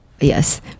yes